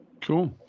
cool